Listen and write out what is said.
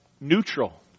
neutral